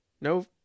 no